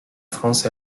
france